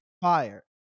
fire